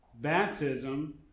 baptism